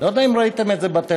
לא יודע אם ראיתם את זה בטלוויזיה,